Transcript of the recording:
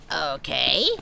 Okay